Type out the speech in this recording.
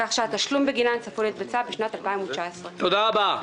כך שהתשלום בגינן צפוי להתבצע בשנת 2019. תודה רבה.